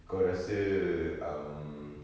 kau rasa um